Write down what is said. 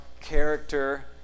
character